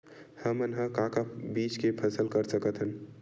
हमन ह का का बीज के फसल कर सकत हन?